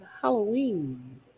Halloween